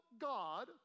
God